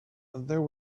there